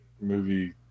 movie